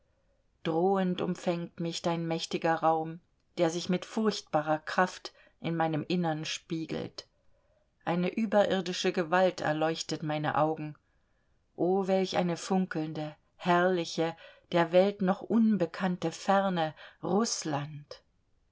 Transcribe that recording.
drohend umfängt mich dein mächtiger raum der sich mit furchtbarer kraft in meinem innern spiegelt eine überirdische gewalt erleuchtet meine augen oh welch eine funkelnde herrliche der welt noch unbekannte ferne rußland